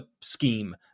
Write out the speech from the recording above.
scheme